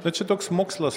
kad čia toks mokslas